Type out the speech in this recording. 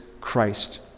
Christ